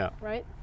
right